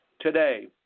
today